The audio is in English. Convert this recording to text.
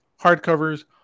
hardcovers